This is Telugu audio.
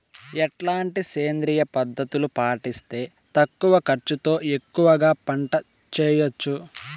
ఎట్లాంటి సేంద్రియ పద్ధతులు పాటిస్తే తక్కువ ఖర్చు తో ఎక్కువగా పంట చేయొచ్చు?